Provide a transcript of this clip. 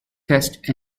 test